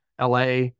LA